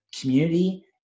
community